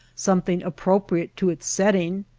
something appropriate to its setting,